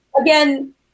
again